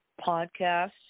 podcast